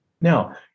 Now